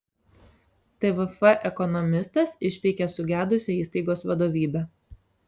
tvf ekonomistas išpeikė sugedusią įstaigos vadovybę